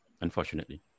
unfortunately